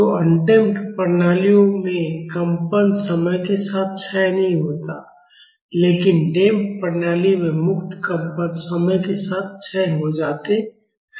तो अनडैम्पड प्रणालियों में कंपन समय के साथ क्षय नहीं होता है लेकिन डैम्प्ड प्रणालियों में मुक्त कंपन समय के साथ क्षय हो जाते हैं